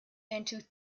into